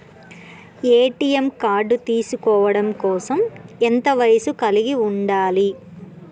ATM card తీసుకోవడం కోసం ఎంత వయస్సు కలిగి ఉండాలి?